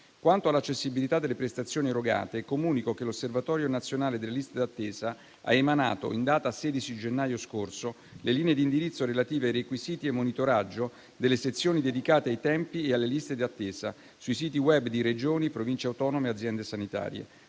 Quanto all'accessibilità delle prestazioni erogate, comunico che l'osservatorio nazionale delle liste d'attesa ha emanato in data 16 gennaio scorso le linee di indirizzo relative ai requisiti e monitoraggio delle sezioni dedicate ai tempi e alle liste di attesa sui siti *web* di Regioni, Province autonome e aziende sanitarie.